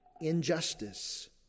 Injustice